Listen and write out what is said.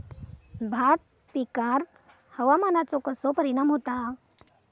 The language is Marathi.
भात पिकांर हवामानाचो कसो परिणाम होता?